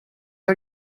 are